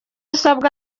nsabwa